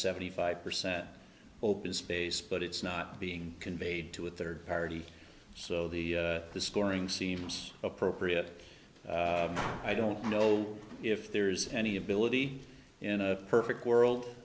seventy five percent open space but it's not being conveyed to a third party so the scoring seems appropriate i don't know if there's any ability in a perfect